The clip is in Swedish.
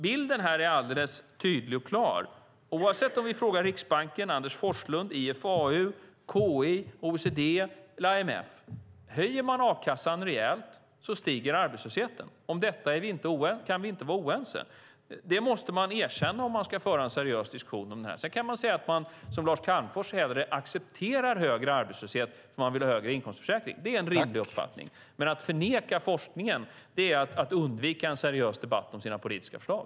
Bilden är alldeles tydlig oavsett om vi frågar Riksbanken, Anders Forslund, IFAU, KI, OECD eller IMF: Höjer man a-kassan rejält stiger arbetslösheten. Om det kan vi inte vara oense. Det måste man erkänna om man ska föra en seriös diskussion om detta. Sedan kan man som Lars Calmfors acceptera en högre arbetslöshet om man vill ha högre inkomstförsäkring. Det är en rimlig uppfattning. Men att förneka forskningen är att undvika en seriös debatt om sina politiska förslag.